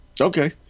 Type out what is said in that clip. Okay